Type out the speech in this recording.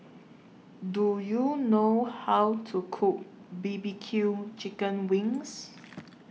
Do YOU know How to Cook B B Q Chicken Wings